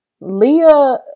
Leah